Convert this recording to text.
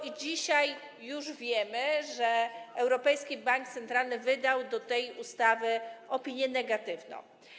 I dzisiaj już wiemy, że Europejski Bank Centralny wydał odnośnie do tej ustawy opinię negatywną.